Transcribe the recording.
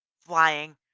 flying